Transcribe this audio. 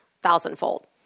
Thousandfold